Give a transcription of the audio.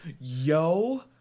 Yo